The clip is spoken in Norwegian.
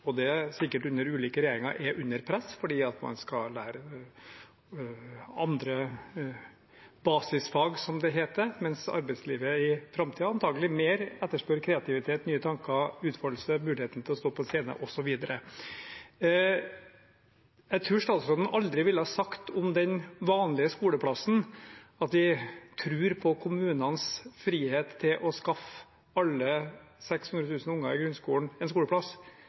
og det er sikkert under ulike regjeringer – fordi man skal lære andre basisfag, som det heter, mens arbeidslivet i framtiden antakelig mer etterspør kreativitet, nye tanker, utfoldelse, muligheten til å stå på en scene, osv. Jeg tror statsråden aldri ville sagt om den vanlige skoleplassen at vi tror på kommunenes frihet til å skaffe alle de 600 000 ungene i grunnskolen en skoleplass.